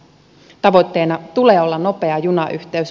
tavoitteena tulee olla nopea junayhteys